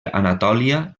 anatòlia